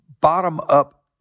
bottom-up